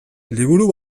liburu